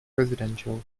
residential